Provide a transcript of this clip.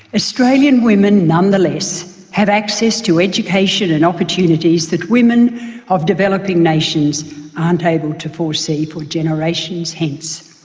australian women nonetheless have access to education and opportunities that women of developing nations aren't able to foresee for generations hence.